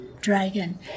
dragon